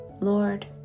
Lord